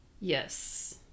Yes